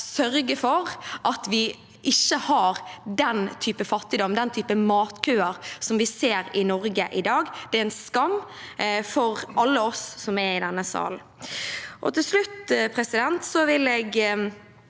sørge for at vi ikke har den typen fattigdom og den typen matkøer som vi ser i Norge i dag. Det er en skam for alle oss i denne salen. Til slutt, president, vil jeg